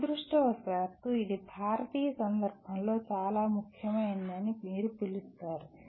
దురదృష్టవశాత్తు ఇది భారతీయ సందర్భంలో చాలా ముఖ్యమైనది అని మీరు పిలుస్తారు